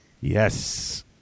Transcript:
Yes